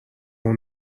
اون